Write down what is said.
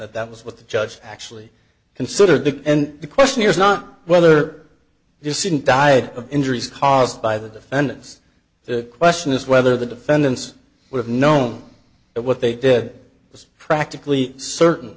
that that was what the judge actually considered and the question is not whether your student died of injuries caused by the defendants the question is whether the defendants would have known that what they did was practically certain